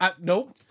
Nope